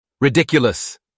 Ridiculous